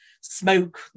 smoke